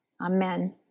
amen